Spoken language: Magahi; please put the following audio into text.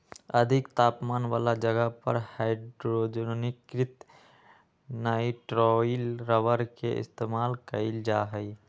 अधिक तापमान वाला जगह पर हाइड्रोजनीकृत नाइट्राइल रबर के इस्तेमाल कइल जा हई